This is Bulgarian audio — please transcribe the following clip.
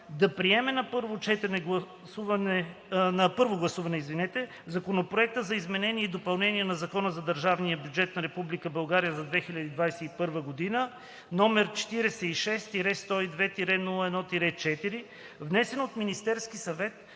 да приеме на първо гласуване Законопроект за изменение и допълнение на Закона за държавния бюджет на Република България за 2021 г., № 46-102-01-4, внесен от Министерския съвет